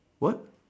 what